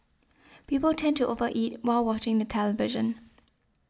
people tend to over eat while watching the television